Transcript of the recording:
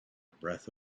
breath